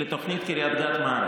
לתוכנית קריית גת מערב.